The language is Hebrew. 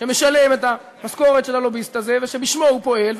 שמשלם את המשכורת של הלוביסט הזה ושבשמו הוא פועל,